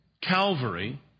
Calvary